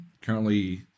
currently